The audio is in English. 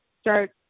start